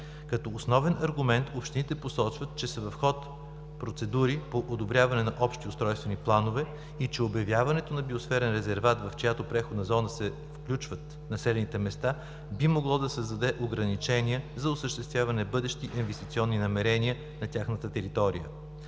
Като основен аргумент общините посочват, че са в ход процедури по одобряване на общи устройствени планове и че обявяването на биосферен резерват, в чиято преходна зона се включват населените места, би могло да създаде ограничения за осъществяване бъдещи инвестиционни намерения на тяхната територия.